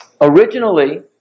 Originally